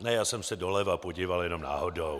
Ne, já jsem se doleva podíval jen náhodou.